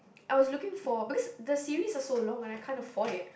I was looking for because the series are so long that I can't afford it